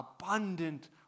Abundant